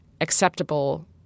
acceptable